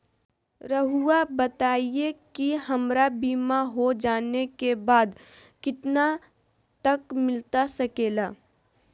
रहुआ बताइए कि हमारा बीमा हो जाने के बाद कितना तक मिलता सके ला?